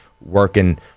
working